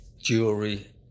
jewelry